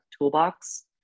toolbox